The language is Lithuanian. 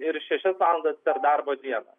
ir šešias valandas per darbo dieną